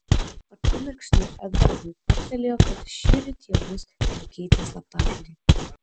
akimirksniu edvardui toptelėjo kad šįryt jie bus pakeitę slaptažodį